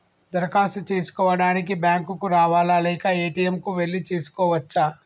దరఖాస్తు చేసుకోవడానికి బ్యాంక్ కు రావాలా లేక ఏ.టి.ఎమ్ కు వెళ్లి చేసుకోవచ్చా?